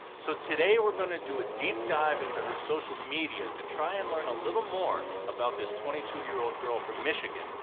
so today we're going to do a deep dive into her social media to try and learn a little more about this twenty two year old girl from michigan,